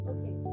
Okay